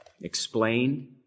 explained